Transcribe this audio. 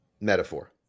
metaphor